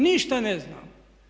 Ništa ne znamo.